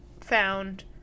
found